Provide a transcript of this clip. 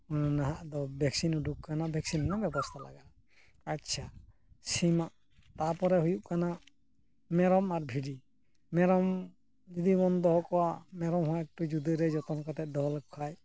ᱱᱟᱦᱟᱜ ᱫᱚ ᱵᱷᱮᱠᱥᱤᱱ ᱩᱰᱩᱠ ᱟᱠᱟᱱᱟ ᱵᱷᱮᱠᱥᱤᱱ ᱨᱮᱱᱟᱜ ᱵᱮᱵᱚᱥᱛᱟ ᱞᱟᱜᱟᱜᱼᱟ ᱟᱪᱪᱷᱟ ᱥᱤᱢᱟᱜ ᱛᱟᱨᱯᱚᱨᱮ ᱦᱩᱭᱩᱜ ᱠᱟᱱᱟ ᱢᱮᱨᱚᱢ ᱟᱨ ᱵᱷᱤᱰᱤ ᱢᱮᱨᱚᱢ ᱡᱩᱫᱤ ᱵᱚᱱ ᱫᱚᱦᱚ ᱠᱚᱣᱟ ᱢᱮᱨᱚᱢ ᱦᱚᱸ ᱮᱠᱴᱩ ᱡᱩᱫᱟᱹᱨᱮ ᱡᱚᱛᱚᱱ ᱠᱟᱛᱮ ᱫᱚᱦᱚ ᱞᱮᱠᱚ ᱠᱷᱟᱱ